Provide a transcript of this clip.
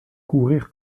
courir